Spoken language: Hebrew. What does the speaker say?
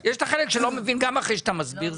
יש את החלק שלא מבין גם אחרי שאתה מסביר,